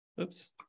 Oops